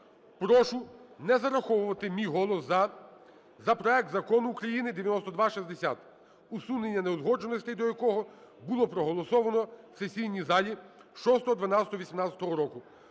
"Прошу не зараховувати мій голос "за" за проект Закону України 9260, усунення неузгодженостей до якого було проголосоване в сесійній залі 06.11.2018 року.